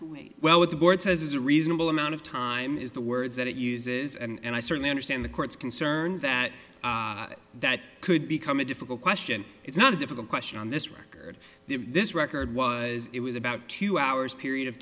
to wait well with the board says a reasonable amount of time is the words that it uses and i certainly understand the court's concern that that could become a difficult question it's not a difficult question on this record this record was it was about two hours period of